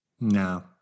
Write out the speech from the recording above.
No